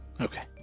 Okay